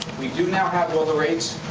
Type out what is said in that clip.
we do now have all the rates.